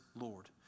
Lord